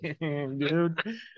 dude